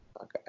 Okay